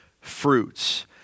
fruits